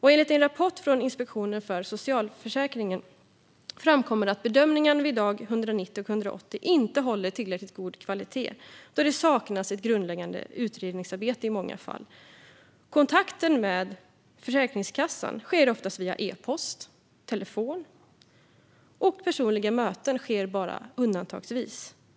I en rapport från Inspektionen för socialförsäkringen framkommer att bedömningarna vid dag 90 och 180 i rehabiliteringskedjan inte håller tillräckligt god kvalitet, då det i många fall saknas ett grundläggande utredningsarbete. Kontakten mellan Försäkringskassan och försäkringstagaren sker oftast via e-post och telefon. Personliga möten sker bara undantagsvis.